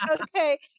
okay